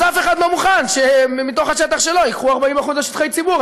אז אף אחד לא מוכן שמתוך השטח שלו ייקחו 40% לשטחי ציבור.